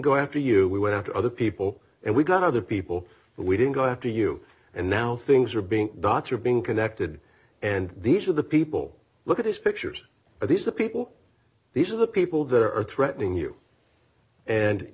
go after you we went out to other people and we got other people we didn't go after you and now things are being dots are being connected and these are the people look at these pictures but these are people these are the people there are threatening you and